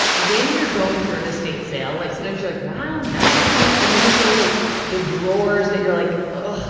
when you're going through an estate sale, like sometimes you're like, wow, nice! nice. and then there's always like the drawers that you're like, ah